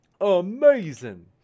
amazing